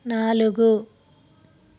నాలుగు